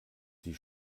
die